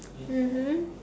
mmhmm